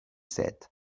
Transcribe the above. said